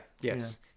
yes